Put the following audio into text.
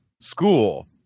school